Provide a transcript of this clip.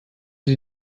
die